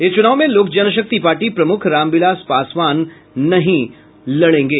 इस चूनाव में लोक जनशक्ति पार्टी प्रमुख रामविलास पासवान चुनाव नहीं लड़ेंगे